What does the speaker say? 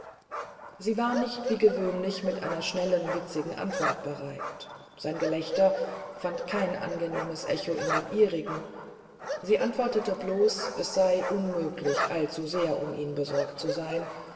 sie war nicht wie gewöhnlich mit einer schnellen witzigen antwort bereit sein gelächter fand kein angenehmes echo in dem ihrigen sie antwortete bloß es sei unmöglich allzubesorgtumihnzusein unddanngingensieschweigendweiter bissie